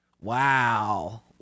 Wow